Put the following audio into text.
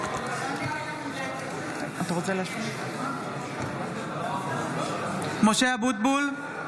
(קוראת בשמות חברי הכנסת) משה אבוטבול,